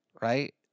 right